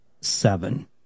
seven